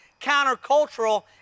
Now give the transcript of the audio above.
countercultural